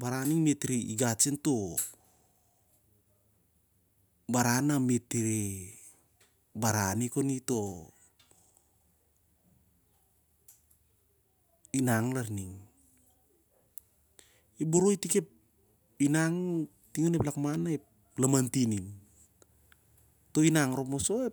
baran ning mit re gat sen to baran na mit rere baran i ko to inang lar ning im boroi itik ep inang ting onep ilakman mat kol im boroi.